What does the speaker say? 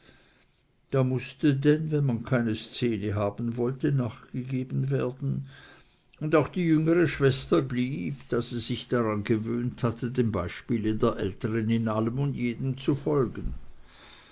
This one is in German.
da mußte denn wenn man keine szene haben wollte nachgegeben werden und auch die jüngere schwester blieb da sie sich daran gewöhnt hatte dem beispiele der ältern in all und jedem zu folgen